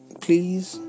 please